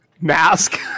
mask